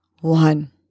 one